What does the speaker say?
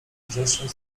grzecznie